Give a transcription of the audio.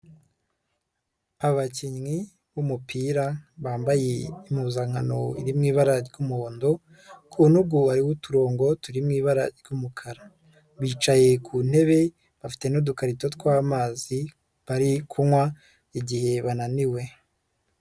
Abakinnyi b'umupira bambaye impuzankano iri mu ibara ry'umuhondo, ku ntugu hariho uturongo turi mu ibara ry'umukara, bicaye ku ntebe bafite n'udukarito tw'amazi bari kunywa igihe bananiwe.